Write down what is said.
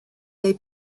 they